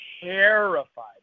terrified